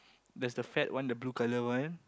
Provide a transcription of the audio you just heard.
there's the fat one the blue color one